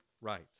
right